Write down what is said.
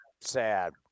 sad